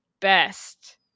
best